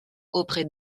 auprès